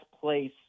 place